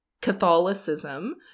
Catholicism